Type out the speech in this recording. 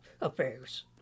affairs